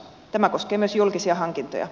tämä koskee myös julkisia hankintoja